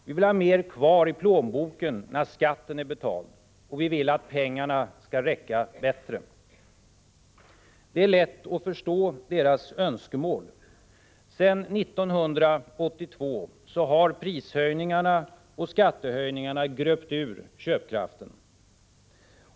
Vi vill ha mer kvar i plånboken när skatten är betald. Och vi vill att pengarna skall räcka bättre. Det är lätt att förstå deras önskemål. Sedan 1982 har prishöjningarna och skattehöjningarna gröpt ur köpkraften.